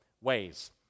ways